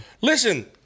Listen